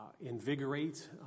invigorate